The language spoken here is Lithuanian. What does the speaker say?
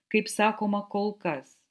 kaip sakoma kol kas